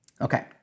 Okay